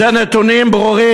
אלה נתונים ברורים.